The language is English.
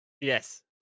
Yes